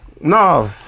No